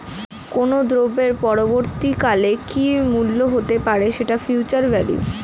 কোনো দ্রব্যের পরবর্তী কালে কি মূল্য হতে পারে, সেটা ফিউচার ভ্যালু